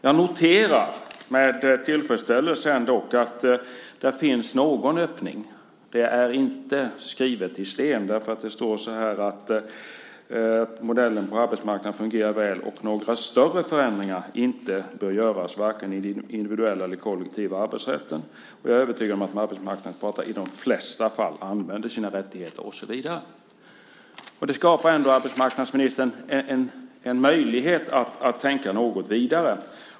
Jag noterar ändå med tillfredsställelse att där finns någon öppning. Det är inte skrivet i sten. Det står att modellen på arbetsmarknaden fungerar väl och att några större förändringar inte bör göras, varken i den individuella eller i den kollektiva arbetsrätten. Det står också: Jag är övertygad om att arbetsmarknadens parter i de flesta fall använder sina rättigheter och så vidare. Detta skapar ändå, arbetsmarknadsministern, en möjlighet att tänka något vidare.